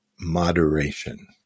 moderation